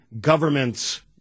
government's